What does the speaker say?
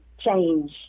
change